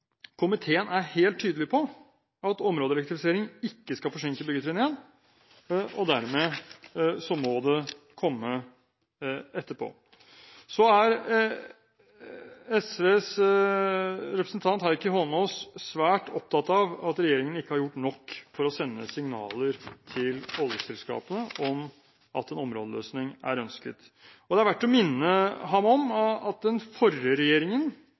komiteen er helt tydelig på at områdeelektrifisering ikke skal forsinke byggetrinn 1 – dermed må det komme etterpå. Så er SVs representant Heikki Eidsvoll Holmås svært opptatt av at regjeringen ikke har gjort nok for å sende signaler til oljeselskapene om at en områdeløsning er ønsket. Det er verdt å minne ham om at den forrige regjeringen